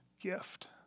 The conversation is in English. gift